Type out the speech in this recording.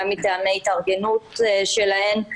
גם מטעמי התארגנות שלהן,